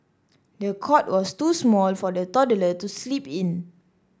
the cot was too small for the toddler to sleep in